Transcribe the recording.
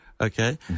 Okay